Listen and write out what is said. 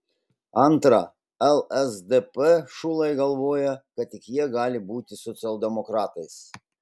antra lsdp šulai galvoja kad tik jie gali būti socialdemokratais